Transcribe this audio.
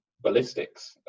ballistics